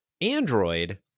Android